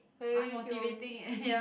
very hiong um